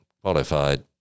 qualified